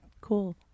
cool